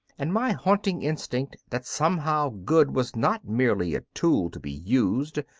and my haunting instinct that somehow good was not merely a tool to be used,